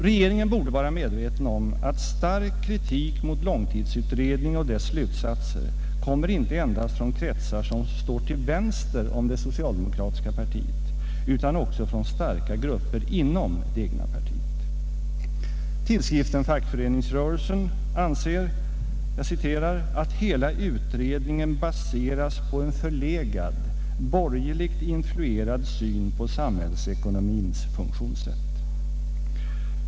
Regeringen borde vara medveten om att stark kritik mot långtidsutredningen och dess slutsatser kommer inte endast från kretsar som står till vänster om det socialdemokratiska partiet, utan också från starka grupper inom det egna partiet. Tidskriften Fackföreningsrörelsen anser ”att hela utredningen baseras på en förlegad, borgerligt influerad syn på samhällsekonomins funktionssätt”.